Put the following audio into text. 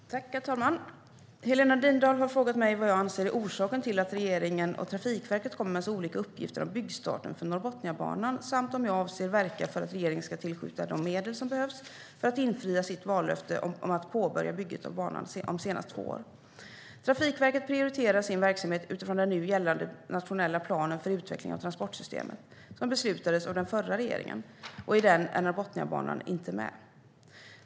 Herr talman! Helena Lindahl har frågat mig vad jag anser är orsaken till att regeringen och Trafikverket kommer med så olika uppgifter om byggstarten för Norrbotniabanan samt om jag avser att verka för att regeringen ska tillskjuta de medel som behövs för att infria vallöftet om att påbörja bygget av banan om senast två år. Trafikverket prioriterar sin verksamhet utifrån den nu gällande nationella planen för utveckling av transportsystemet, som beslutades av den förra regeringen. I den är inte Norrbotniabanan med.